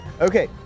Okay